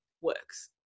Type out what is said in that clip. works